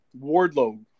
Wardlow